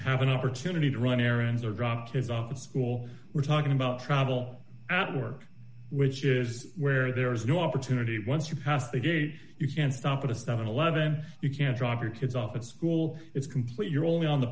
have an opportunity to run errands or drop his office pool we're talking about travel at work which is where there is no opportunity once you pass the gate you can stop at a stop and eleven you can drop your kids off at school it's complete you're only on the